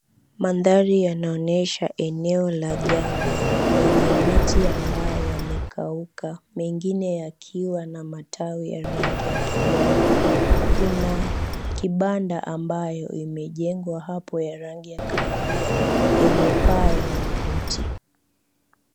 Maandhari yanaonyesha eneo la jangwa lenye miti ambayo yamekauka mengine yakiwa na matawi ya rangi ya kijani. Kuna kibanda ambayo imejengwa hapo ya rangi ya kahawia yenye paa ya makuti.